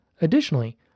Additionally